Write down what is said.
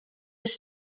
was